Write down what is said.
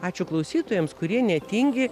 ačiū klausytojams kurie netingi